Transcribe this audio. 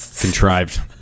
contrived